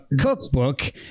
cookbook